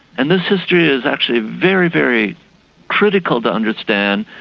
and this history is actually very, very critical to understand,